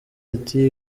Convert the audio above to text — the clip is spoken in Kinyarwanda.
ati